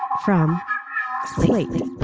from lately,